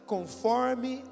Conforme